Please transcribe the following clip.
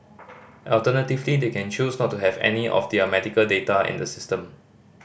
alternatively they can choose not to have any of their medical data in the system